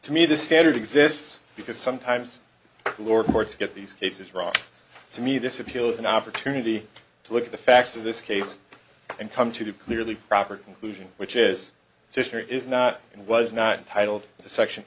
me the standard exists because sometimes lord courts get these cases wrong to me this appeal is an opportunity to look at the facts of this case and come to clearly proper conclusion which is sr is not and was not entitled to section